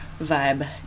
vibe